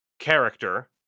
character